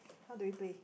how do we play